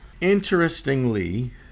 interestingly